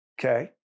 Okay